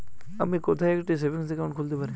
আমি কোথায় একটি সেভিংস অ্যাকাউন্ট খুলতে পারি?